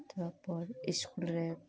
ᱛᱟᱨ ᱯᱚᱨ ᱤᱥᱠᱩᱞ ᱨᱮ